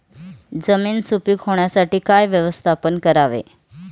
जमीन सुपीक होण्यासाठी काय व्यवस्थापन करावे?